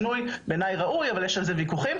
השינוי בעיניי ראוי אבל יש על זה ויכוחים,